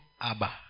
Abba